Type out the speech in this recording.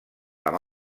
amb